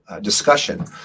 discussion